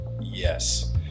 yes